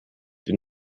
den